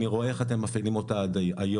אני רואה איך אתם מפעילים אותה היום.